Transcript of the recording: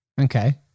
okay